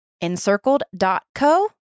Encircled.co